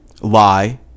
lie